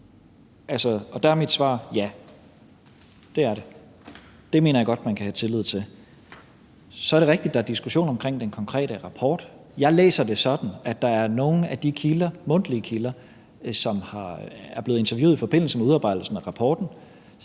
Og der er mit svar: Ja. Det er det. Dem mener jeg godt man kan have tillid til. Så er det rigtigt, at der er en diskussion omkring den konkrete rapport. Jeg læser det sådan, at der er nogle af de mundtlige kilder, som er blevet interviewet i forbindelse med udarbejdelsen af rapporten,